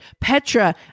Petra